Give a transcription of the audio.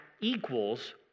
equals